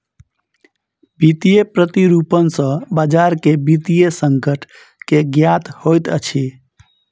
वित्तीय प्रतिरूपण सॅ बजार के वित्तीय संकट के ज्ञात होइत अछि